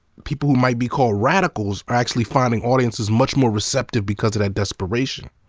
people who might be called radicals are actually finding audiences much more receptive because of that desperation.